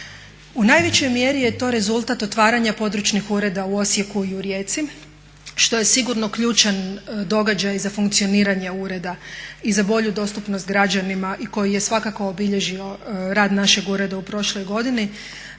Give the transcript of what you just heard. U najvećoj mjeri je to rezultat otvaranja područnih ureda u Osijeku i u Rijeci što je siguran ključan događaj za funkcioniranje ureda i za bolju dostupnost građanima koji je svakako obilježio rad našeg ureda u prošloj godini.